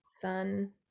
sun